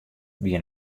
wie